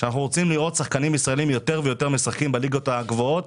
שאנחנו רוצים לראות שחקנים ישראלים יותר ויותר משחקים בליגות הגבוהות,